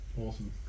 awesome